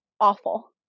awful